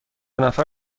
نفر